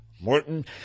Morton